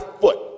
foot